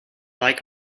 like